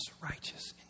righteous